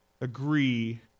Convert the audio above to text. agree